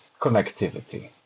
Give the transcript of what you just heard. connectivity